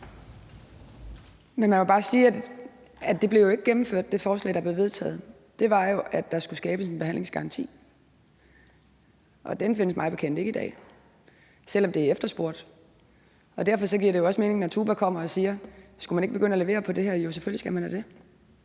Men man må bare sige, at det forslag jo ikke blev gennemført. D et forslag, der blev vedtaget, var jo, at der skulle skabes en behandlingsgaranti, og den findes mig bekendt ikke i dag, selv om det er efterspurgt. Derfor giver det jo også mening, når TUBA kommer og siger, om ikke man skulle begynde at levere på det her, at selvfølgelig skal man da det.